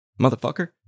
motherfucker